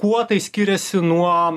kuo tai skiriasi nuo